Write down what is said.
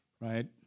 Right